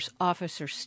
officer